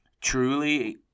truly